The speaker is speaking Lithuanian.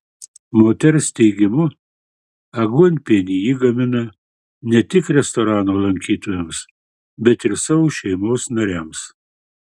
moters teigimu aguonpienį ji gamina ne tik restorano lankytojams bet ir savo šeimos nariams